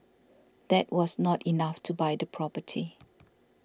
that was not enough to buy the property